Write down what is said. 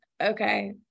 okay